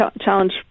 challenge